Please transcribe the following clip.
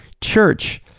church